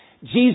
Jesus